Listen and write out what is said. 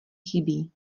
chybí